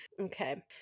Okay